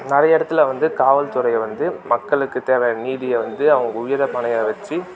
நிறைய இடத்துல வந்து காவல்துறை வந்து மக்களுக்கு தேவையான நீதியை வந்து அவங்க உயிரை பணயம் வெச்சு